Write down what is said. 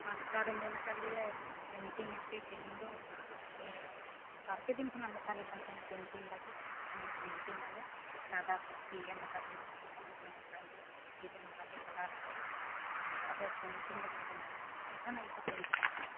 ᱢᱟᱥᱴᱟᱨᱮ ᱢᱮᱱ ᱟᱠᱟᱫ ᱞᱮᱭᱟ ᱯᱮᱱᱴᱤᱝ ᱟᱯᱮ ᱛᱮᱦᱮᱧ ᱫᱚ ᱤᱭᱟᱹ ᱵᱟᱨ ᱯᱮ ᱫᱤᱱ ᱠᱷᱚᱱᱟᱜ ᱮ ᱢᱮᱛᱟᱞᱮᱠᱟᱱ ᱛᱟᱦᱮᱱᱟ ᱯᱮᱱᱴᱤᱝ ᱞᱟᱹᱜᱤᱫ ᱛᱚ ᱛᱮᱦᱮᱧ ᱫᱚ ᱯᱮᱱᱴᱤᱝ ᱟᱞᱮ ᱥᱟᱫᱟ ᱠᱚᱯᱤ ᱮᱢ ᱟᱠᱟᱫ ᱞᱮᱭᱟᱭ ᱠᱚᱞᱚᱢᱮ ᱮᱢ ᱟᱠᱟᱫ ᱞᱮᱭᱟ ᱯᱮᱱᱥᱤᱞᱮ ᱮᱢ ᱟᱠᱟᱫ ᱞᱮᱭᱟ ᱠᱟᱞᱟᱨᱮ ᱮᱢ ᱟᱠᱟᱫ ᱞᱮᱭᱟ ᱟᱫᱚ ᱯᱮᱱᱴᱤᱝ ᱞᱟᱹᱜᱤᱫ ᱢᱮᱱ ᱟᱠᱟᱫ ᱞᱮ ᱢᱮᱱ ᱮᱫᱟᱭ ᱟᱫᱚ ᱡᱟᱦᱟᱱᱟᱜ ᱜᱮᱯᱮ ᱯᱮᱱᱴᱤᱝ ᱫᱟᱲᱮᱭᱟᱜᱼᱟ